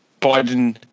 biden